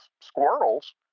squirrels